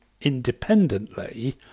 independently